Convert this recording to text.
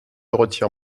retire